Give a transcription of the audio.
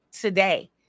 today